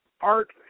Art